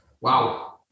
Wow